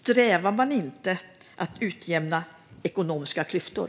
Strävar man inte efter att utjämna ekonomiska klyftor?